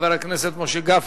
חבר הכנסת משה גפני,